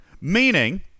Meaning